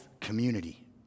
community